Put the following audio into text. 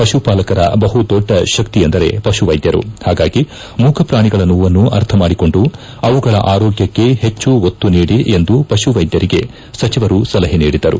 ಪಶುಪಾಲಕರ ಬಹುದೊಡ್ಡ ಶಕ್ತಿಯೆಂದರೆ ಪಶುವೈದ್ವರು ಹಾಗಾಗಿ ಮೂಕ ಪಾಣಿಗಳ ನೋವನ್ನು ಅರ್ಥಮಾಡಿಕೊಂಡು ಅವುಗಳ ಆರೋಗ್ಲಕ್ಷೆ ಹೆಚ್ಚು ಒತ್ತು ನೀಡಿ ಎಂದು ಪಶುವೈದ್ಧರಿಗೆ ಸಚಿವರು ಸಲಹೆ ನೀಡಿದರು